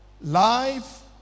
Life